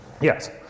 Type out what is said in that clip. Yes